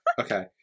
okay